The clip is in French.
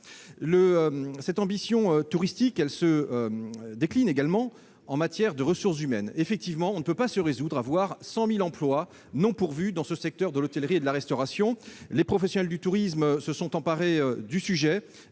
Cette ambition touristique se décline également en matière de ressources humaines. Vous avez raison, nous ne pouvons pas nous résoudre à voir 100 000 emplois non pourvus dans ce secteur de l'hôtellerie et de la restauration. Les professionnels du tourisme se sont emparés du sujet